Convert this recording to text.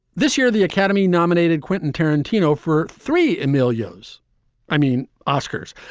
this year, the academy nominated quentin tarantino for three emilio's i mean, oscars,